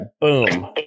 boom